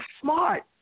smart